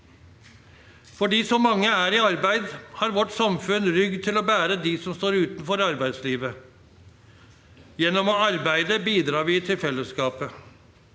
Fordi så mange er i arbeid, har vårt samfunn rygg til å bære dem som står utenfor arbeidslivet. Gjennom å arbeide bidrar vi til fellesskapet.